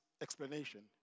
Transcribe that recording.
explanation